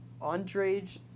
Andrej